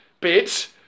bit